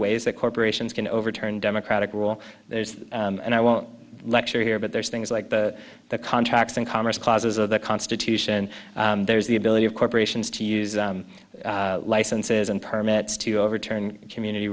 ways that corporations can overturn democratic rule there's and i won't lecture here but there's things like the the contracts and commerce clause of the constitution there is the ability of corporations to use licenses and permits to overturn a community